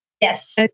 Yes